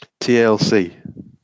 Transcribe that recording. TLC